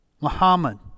Muhammad